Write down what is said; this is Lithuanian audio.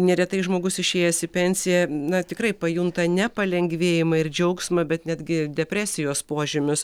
neretai žmogus išėjęs į pensiją na tikrai pajunta ne palengvėjimą ir džiaugsmą bet netgi depresijos požymius